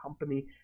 company